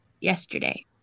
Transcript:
yesterday